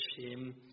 shame